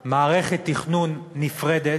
מערכת תכנון נפרדת,